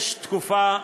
יש תקופה,